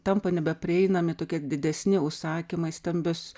tampa nebeprieinami tokie didesni užsakymai stambios